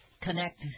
Connect